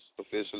officially